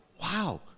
Wow